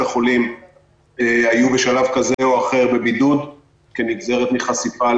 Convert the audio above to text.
החולים היו בשלב כזה או אחר בבידוד כנגזרת מחשיפה